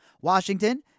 Washington